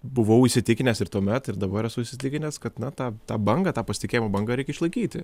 buvau įsitikinęs ir tuomet ir dabar esu įsitikinęs kad na ta tą bangą tą pasitikėjimo banga reikia išlaikyti